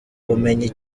ubumenyi